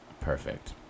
Perfect